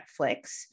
Netflix